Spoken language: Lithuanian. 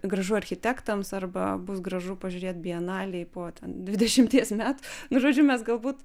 gražu architektams arba bus gražu pažiūrėt bienalėj po dvidešimties metų nu žodžiu mes galbūt